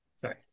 Sorry